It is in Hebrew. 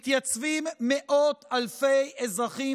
מתייצבים בשבועות האחרונים מאות אלפי אזרחים